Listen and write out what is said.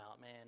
man